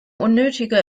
unnötiger